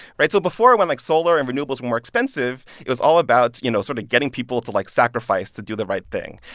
right? so before, when, like, solar and renewables were more expensive, it was all about, you know, sort of getting people to, like, sacrifice to do the right thing.